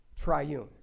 triune